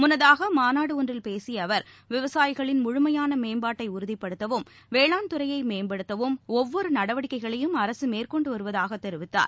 முன்னதாக மாநாடு ஒன்றில் பேசிய அவர் விவசாயிகளின் முழுமையான மேம்பாட்டை உறுதிபடுத்தவும் வேளாண் துறையை மேம்படுத்தவும் ஒவ்வொரு நடவடிக்கைகளையும் அரசு மேற்கொண்டு வருவதாக தெரிவித்தார்